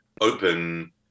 open